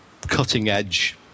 cutting-edge